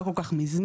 לא כל כך מזמן.